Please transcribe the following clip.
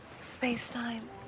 Space-time